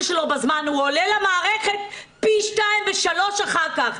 שלו בזמן הוא עולה למערכת פי 2 ו-3 אחר כך,